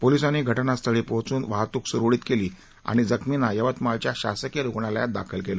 पोलिसांनी घटनास्थळी पोहोचून वाहतूक सुरळीत केली आणि जखमींना यवतमाळच्या शासकीय रुग्णालयात दाखल केले